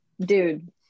dude